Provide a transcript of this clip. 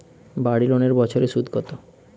বাড়ি লোনের বছরে সুদ কত?